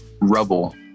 rubble